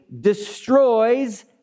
destroys